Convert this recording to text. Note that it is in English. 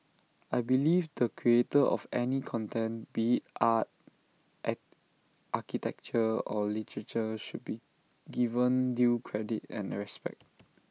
I believe the creator of any content be are art architecture or literature should be given due credit and respect